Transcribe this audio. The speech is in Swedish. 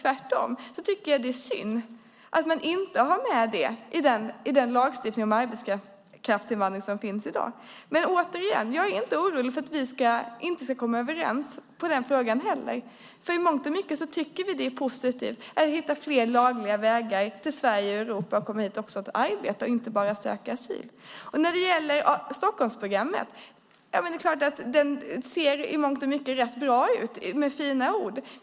Tvärtom tycker jag att det är synd att man inte har med det i den lagstiftning om arbetskraftsinvandring som finns i dag. Återigen: Jag är inte orolig för att vi inte ska komma överens i den frågan, för i mångt och mycket tycker vi att det är positivt att hitta fler lagliga vägar till Sverige och Europa så att man också kan komma hit för att arbeta och inte bara söka asyl. När det gäller Stockholmsprogrammet ser det i mångt och mycket rätt bra ut med många fina ord.